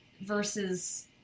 versus